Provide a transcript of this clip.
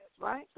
right